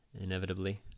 inevitably